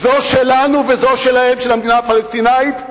זו שלנו וזו שלהם, של המדינה הפלסטינית,